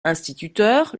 instituteur